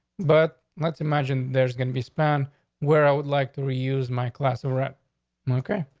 but let's imagine there's gonna be span where i would like to reuse my class of red mocha.